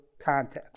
context